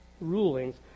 rulings